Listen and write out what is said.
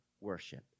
worship